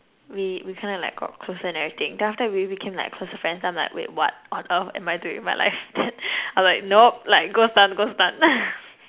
we we kind of like got closer and everything then after that we became like closer friends then I'm like wait what on earth am I doing with my life then I'm like nope like gostan gostan